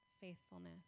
faithfulness